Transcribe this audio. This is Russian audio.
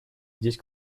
здесь